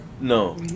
No